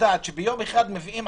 כי ההנחה הייתה שלוקח להסיע מפה לפה,